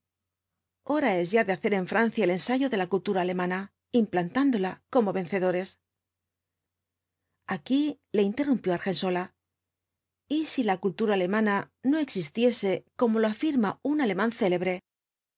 es ya de hacer en francia el ensayo de la cultura alemana implantándola como vencedores aquí le interrumpió argensola y si la cultura alemana no existiese como lo afirma un alemán célebre